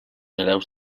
hereus